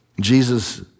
Jesus